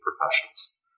professionals